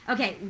Okay